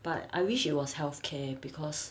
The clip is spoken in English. but I wish it was healthcare because